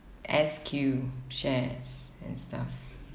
S_Q shares and stuff